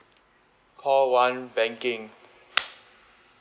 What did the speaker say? call one banking